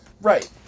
Right